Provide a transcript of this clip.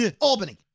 Albany